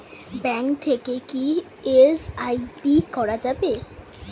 Bank থেকে কী SIP করা যাবে?